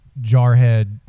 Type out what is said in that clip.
jarhead